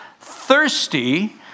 thirsty